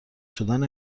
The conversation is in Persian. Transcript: شدن